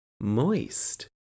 Moist